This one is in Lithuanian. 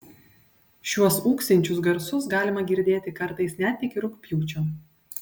šiuos ūksinčius garsus galima girdėti kartais net iki rugpjūčio